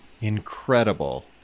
Incredible